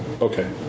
Okay